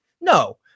No